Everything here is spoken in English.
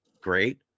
great